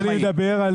אני מדבר על